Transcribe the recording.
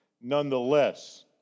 nonetheless